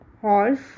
horse